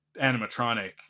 animatronic